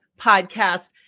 podcast